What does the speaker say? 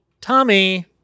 Tommy